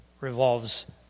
revolves